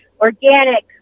organic